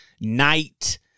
night